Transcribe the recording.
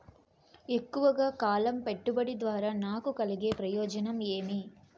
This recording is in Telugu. ఎక్కువగా కాలం పెట్టుబడి ద్వారా నాకు కలిగే ప్రయోజనం ఏమి?